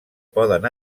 poden